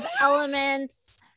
elements